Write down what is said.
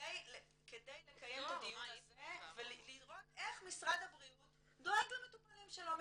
כדי לקיים את הדיון הזה ולראות איך משרד הבריאות דואג למטופלים שלו,